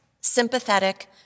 sympathetic